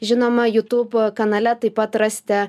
žinoma jutub kanale taip pat rasite